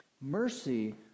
Mercy